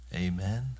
amen